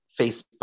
Facebook